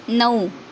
नऊ